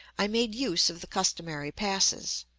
i made use of the customary passes.